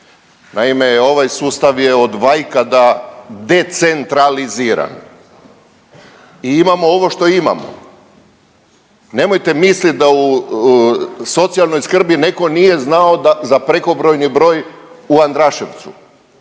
Naime, ovaj sustav je od vajkada decentraliziran i imamo ovo što imamo. Nemojte mislit da u socijalnoj skrbi netko nije znao za prekobrojni broj u Andraševcu.